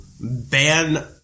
ban